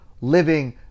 living